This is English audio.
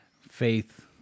faith